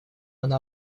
она